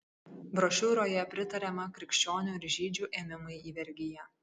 brošiūroje pritariama krikščionių ir žydžių ėmimui į vergiją